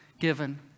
given